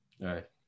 right